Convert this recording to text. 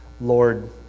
Lord